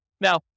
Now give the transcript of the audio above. Now